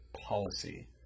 policy